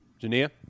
Jania